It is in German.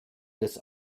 des